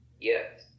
Yes